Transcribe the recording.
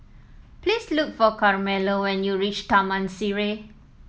please look for Carmelo when you reach Taman Sireh